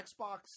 Xbox